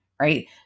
Right